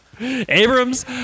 Abrams